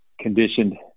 conditioned